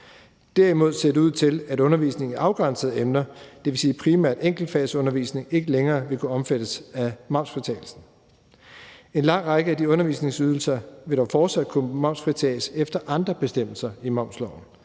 Derimod ser det ud til, at undervisning i afgrænsede emner, dvs. primært enkeltfagsundervisning, ikke længere vil kunne omfattes af momsfritagelsen. En lang række af de undervisningsydelser vil dog fortsat kunne momsfritages efter andre bestemmelser i momsloven,